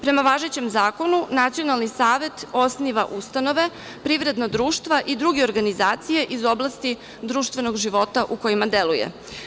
Prema važećem zakonu nacionalni savet osniva ustanove, privredna društva i druge organizacije iz oblasti društvenog života u kojima deluje.